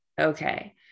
okay